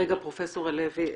רגע, פרופ' הלוי.